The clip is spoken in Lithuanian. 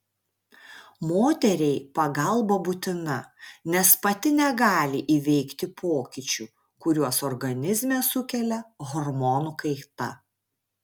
moteriai pagalba būtina nes pati negali įveikti pokyčių kuriuos organizme sukelia hormonų kaita